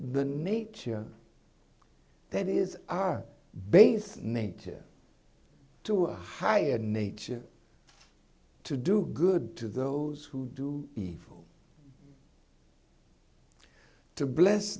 the nature that is our base nature to a higher nature to do good to those who do evil to bless